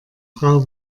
frau